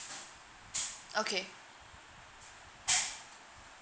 okay